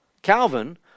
Calvin